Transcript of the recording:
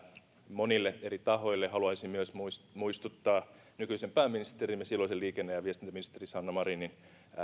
monille eri tahoille haluaisin myös muistuttaa muistuttaa nykyisen pääministerimme silloisen liikenne ja ja viestintäministeri sanna marinin